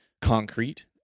concrete